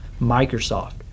microsoft